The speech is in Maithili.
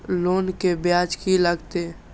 लोन के ब्याज की लागते?